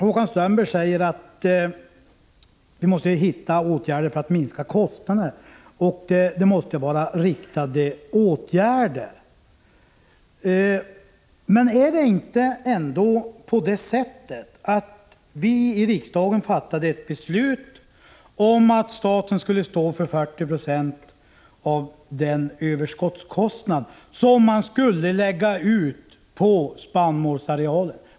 Håkan Strömberg sade att vi måste finna åtgärder för att minska kostnaderna. Det måste, sade han, vara riktade åtgärder. Men nog fattade riksdagen ett beslut om att staten skulle svara för 40 96 av kostnaderna för spannmålsöverskottet.